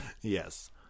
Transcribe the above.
Yes